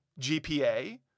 GPA